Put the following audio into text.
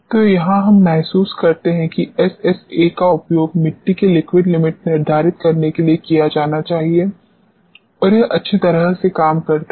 तो यहां हम महसूस करते हैं कि एसएसए का उपयोग मिट्टी की लिक्विड लिमिट निर्धारित करने के लिए किया जाना चाहिए और यह अच्छी तरह से काम करता है